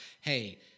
hey